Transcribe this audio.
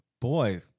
boy